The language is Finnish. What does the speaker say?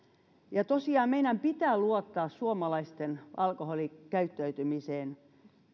tosiaan meidän pitää luottaa suomalaisten alkoholikäyttäytymiseen